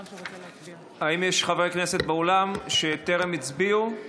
האם יש חברי כנסת באולם שטרם הצביעו?